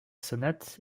sonate